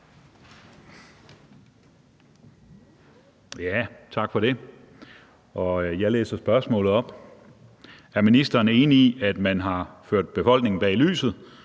Tak for det – og jeg læser spørgsmålet op. Er ministeren enig i, at man har ført befolkningen bag lyset,